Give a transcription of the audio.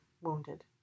wounded